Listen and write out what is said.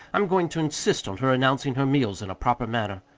i'm going to insist on her announcing her meals in a proper manner.